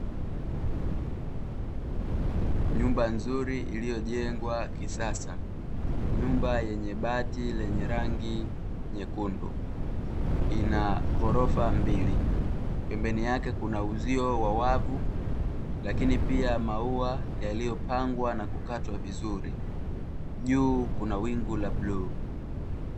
Nyumba nzuri iliyo jengwa kisasa, nyumba yenye bati lenye rangi nyekundu, ina ghorofa mbili, pembeni yake kuna uzio wa wavu lakini pia maua yaliyopangwa na kukatwa vizuri, juu kuna wingu la bluu.